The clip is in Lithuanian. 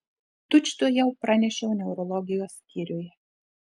tučtuojau pranešiau neurologijos skyriui